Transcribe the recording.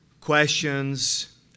questions